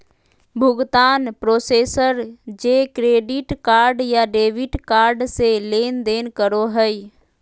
भुगतान प्रोसेसर जे credit card या डेबिट कार्ड से लेनदेन करो हइ